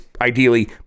ideally